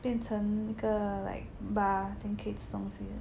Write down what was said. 变成那个 like bar then 可以吃东西的